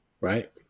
right